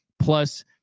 plus